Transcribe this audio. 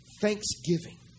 Thanksgiving